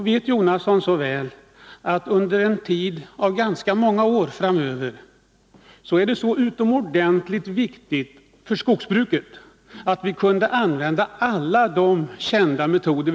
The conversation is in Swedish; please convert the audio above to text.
Herr Jonasson vet så väl att det under ganska många år framöver är utomordentligt viktigt för skogsbruket att vi kan använda alla kända metoder.